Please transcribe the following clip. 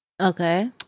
okay